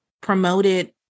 promoted